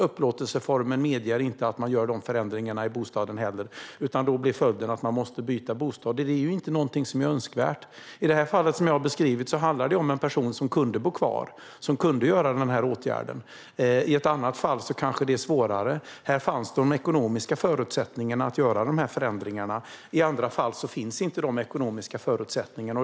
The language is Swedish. Upplåtelseformen medger heller inte att man gör dessa förändringar i bostaden. Följden blir i stället att man måste byta bostad, och det är ju inte någonting som är önskvärt. I det fall som jag har beskrivit handlar det om en person som kunde bo kvar och som kunde vidta denna åtgärd. I ett annat fall kanske det är svårare. Här fanns de ekonomiska förutsättningarna att göra dessa förändringar, men i andra fall finns inte dessa ekonomiska förutsättningar.